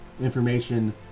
information